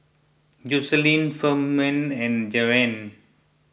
Jocelynn Firman and Van